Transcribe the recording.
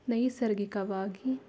ನೈಸರ್ಗಿಕವಾಗಿ